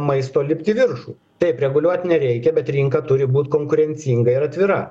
maisto lipt į viršų taip reguliuot nereikia bet rinka turi būt konkurencinga ir atvira